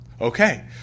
Okay